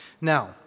Now